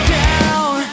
down